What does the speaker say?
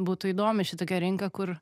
būtų įdomi šitokia rinka kur